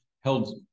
held